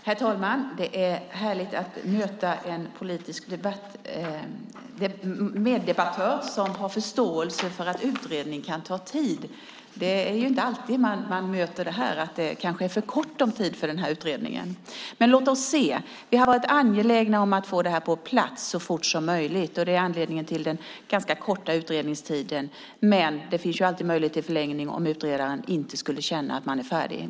Herr talman! Det är härligt att möta en politisk meddebattör som har förståelse för att en utredning kan ta tid. Det är inte alltid man möter att det kanske är för kort om tid för en utredning. Men låt oss se. Vi har varit angelägna om att få det här på plats så fort som möjligt, och det är anledningen till den ganska korta utredningstiden. Men det finns ju alltid möjlighet till förlängning om utredaren inte hinner bli färdig.